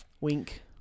Wink